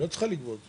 היא לא צריכה לפנות.